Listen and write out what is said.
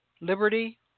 liberty